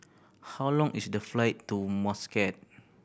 how long is the flight to Muscat